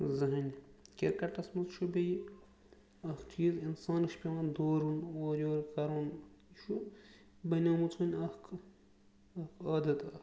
زٔہٕنۍ کِرکَٹَس منٛز چھُ بیٚیہِ اَکھ چیٖز اِنسانَس چھِ پٮ۪وان دورُن اورٕ یورٕ کَرُن یہِ چھُ بنیٛٲمٕژ وۄنۍ اَکھ اَکھ عادت اَکھ